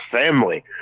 Family